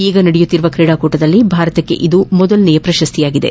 ಈಗ ನಡೆಯುತ್ತಿರುವ ಕ್ರೀಡಾಕೂಟದಲ್ಲಿ ಭಾರತಕ್ಕೆ ಇದು ಮೊದಲನೇ ಪ್ರಶಸ್ತಿಯಾಗಿದೆ